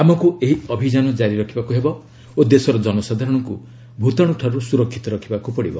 ଆମକୁ ଏହି ଅଭିଯାନ ଜାରି ରଖିବାକୁ ହେବ ଓ ଦେଶର ଜନସାଧାରଣଙ୍କୁ ଭୂତାଣୁ ଠାରୁ ସୁରକ୍ଷିତ ରଖିବାକୁ ପଡ଼ିବ